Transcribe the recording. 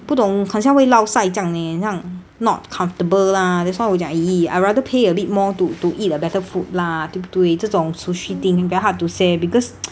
不懂好像会 lao sai 这样 eh not comfortable lah that's why 我讲 !ee! I rather pay a bit more to to eat a better food lah 对不对这种 sushi thing very hard to say because